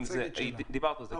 כן, היא הזכירה את זה במצגת שלה.